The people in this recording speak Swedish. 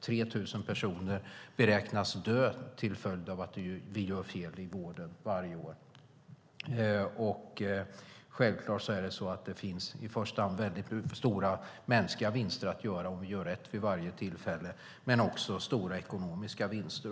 3 000 personer beräknas dö varje år till följd av att vi gör fel i vården. Självklart blir det i första hand stora mänskliga vinster om vi gör rätt vid varje tillfälle men också stora ekonomiska vinster.